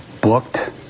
booked